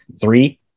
Three